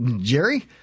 Jerry